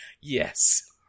Yes